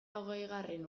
hogeigarren